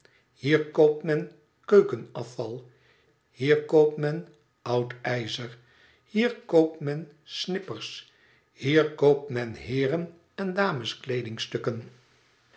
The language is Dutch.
hier koopt men keukenafval hier koopt men oud ijzer hier koopt men snippers hier koopt men heeren en dames